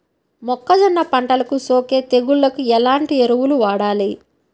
మొక్కజొన్న పంటలకు సోకే తెగుళ్లకు ఎలాంటి ఎరువులు వాడాలి?